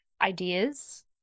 ideas